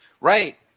right